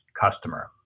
customer